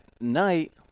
night